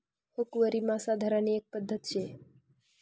हुकवरी मासा धरानी एक पध्दत शे